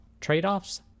trade-offs